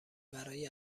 برای